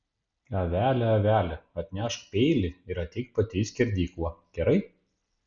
avele avele atnešk peilį ir ateik pati į skerdyklą gerai